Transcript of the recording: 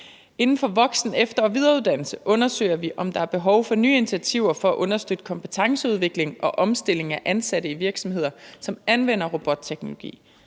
Inden for voksen-, efter- og videreuddannelse undersøger vi, om der er behov for nye initiativer for at understøtte kompetenceudvikling og omstilling af ansatte i virksomheder, som anvender robotteknologi.